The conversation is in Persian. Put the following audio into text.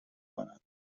کنند